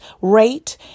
rate